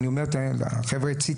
ואני אומר לחבר'ה אצלי,